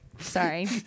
Sorry